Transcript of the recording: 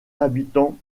habitant